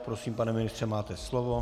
Prosím, pane ministře, máte slovo.